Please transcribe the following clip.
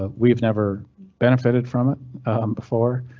ah we've never benefited from it um before,